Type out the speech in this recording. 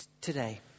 today